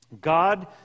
God